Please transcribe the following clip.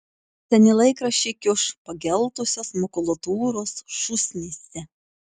seni laikraščiai kiuš pageltusios makulatūros šūsnyse